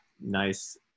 nice